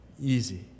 Easy